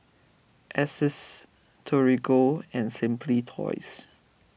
Asics Torigo and Simply Toys